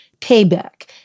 payback